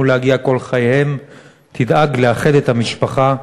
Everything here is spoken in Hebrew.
להגיע כל חייהם תדאג לאחד את המשפחה,